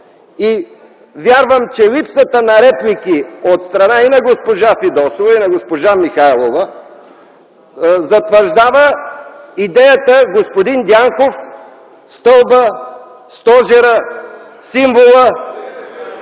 Вярвам, че липсата на реплики от страна и на госпожа Фидосова, и на госпожа Михайлова, затвърждава идеята господин Дянков – стълбът, стожерът, символът…